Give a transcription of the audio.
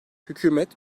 hükümet